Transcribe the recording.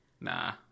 Nah